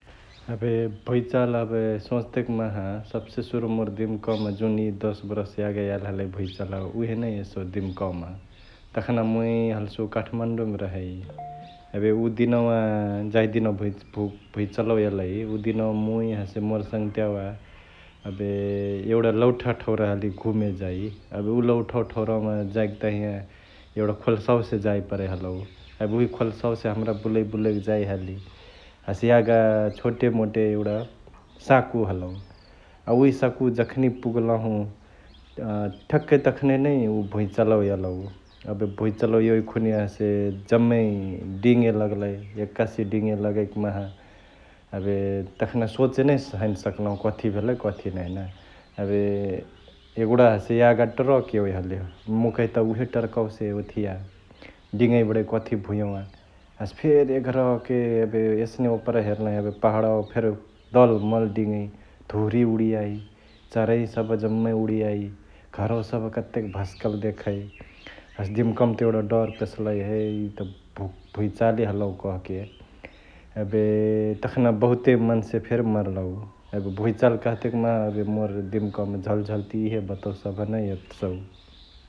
एबे भुंईचाल एबे सोच्तेक माहा सब्से सुरुमा मोर दिमकावामा जुन इ दस बरस यगा याइली हलई भुंईचालवा उहे नै एसौ दिम्कवामा । तखना मुइ हल्सु काठमाडौं मा रहई एबे उ दिनवा जाही दिनवा भुइचलवा एलई उहे दिनवा मुइ हसे मोर सङ्ह्तियावा एबे एउटा लौठा ठौरा हली घुमे जाइ एबे उ लौठावा ठौरावामा जाइक तहिया एगुडा खोल्सा से जई परै हलौ । एबे उहे खोल्स्वसे हमरा बुलई बुलई जाइ हाली हसे यागा छोटेमोटे एगुडा सांकु हलौ अ उहे संकुवा जखनी पुगल्हु ठ्याक्कै तखनी नै उ भुइचलवा एलौ । एबे भुइचलावा एवैक खुनिया हसे जम्मै डिङे लगलई यक्कासी डिङे लगैक माहा एबे तखना सोचेनै हैने सकलहु कथी भेलई कथी नाही ना । एबे एगुडा हसे यागा ट्रक एवै हलिहे मुइ कहई त उहे ट्रकावासे ओथिया डिङै बडै कथी भुंयवा हसे फेरी एघरी रह्के एबे एसने ओपरा हेरल्ही एबे पह्डवा फेरी दलमल डिङै, धुरी उड्याइ, चारई सभ जम्मा उड्याई, घरवा सभ कतेक भस्कल देखै । हसे दिमकावामा त एगुडा डर पेस्लई हे इ त भुइचाले हलौ कहके, एबे तखना बहुते मन्से फेरी मरलौ । एबे भुइचाल कह्तेक माहा एबे मोर दिमकावामा झलझलती यिहे बतवा सभ नै एसौ ।